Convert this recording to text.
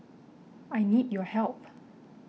I need your help